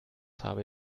habe